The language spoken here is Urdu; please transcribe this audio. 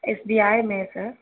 ایس بی آئی میں سر